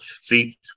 See